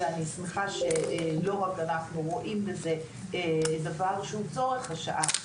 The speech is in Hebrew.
ואני שמחה שלא רק אנחנו רואים בזה דבר שהוא צורך השעה,